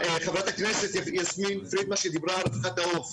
חברת הכנסת יסמין פרידמן דיברה על רווחת העוף.